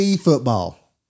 football